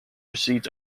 received